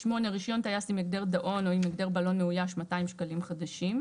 (8) רישיון טיס עם הגדר דאון או עם הגדר בלון מאויש - 200 שקלים חדשים.